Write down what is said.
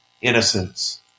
innocence